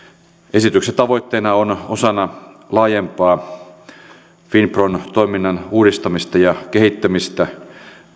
esityksen tavoitteena on osana laajempaa finpron toiminnan uudistamista ja kehittämistä